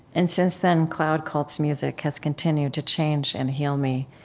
and since then, cloud cult's music has continued to change and heal me.